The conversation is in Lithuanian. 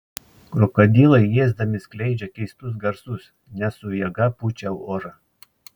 krokodilai ėsdami skleidžia keistus garsus nes su jėga pučia orą